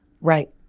Right